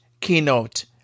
keynote